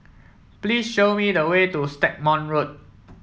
please show me the way to Stagmont Road